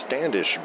Standish